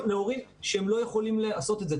-- שיעזרו להורים שלא יכולים לעשות את זה.